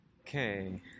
Okay